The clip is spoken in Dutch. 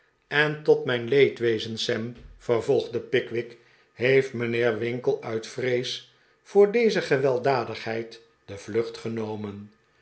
en tot mijn leedwezen sam vervolgde pickwick he eft mijnheer winkle uit vrees voor deze gewelddadigheid de vlucht genomen